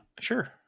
Sure